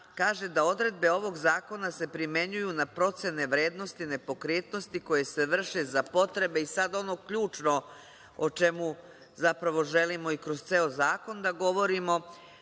kaže da odredbe ovog zakona se primenjuju na procene vrednosti nepokretnosti koje se vrše za potrebe i sada ono ključno, o čemu zapravo želimo i kroz ceo zakon da govorimo,